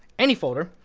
any folder,